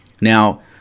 Now